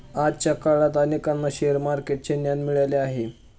आजच्या काळात अनेकांना शेअर मार्केटचे ज्ञान मिळाले आहे